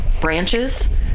branches